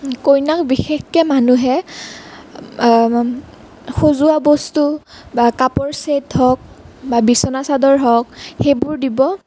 কইনাক বিশেষকৈ মানুহে সজোৱা বস্তু বা কাপৰ ছেট হওক বা বিছনা চাদৰ হওক সেইবোৰ দিব